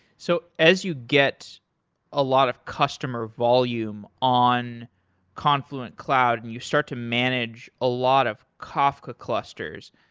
so as you get a lot of customer volume on confluent cloud, and you start to manage a lot of kafka clusters.